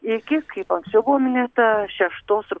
iki kaip anksčiau buvo minėta šeštos